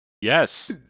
Yes